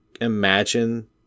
imagine